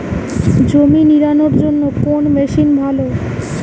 জমি নিড়ানোর জন্য কোন মেশিন ভালো?